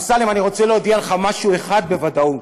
תראו, אמסלם אני רוצה להודיע לך משהו אחד בוודאות.